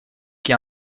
qui